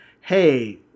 Hey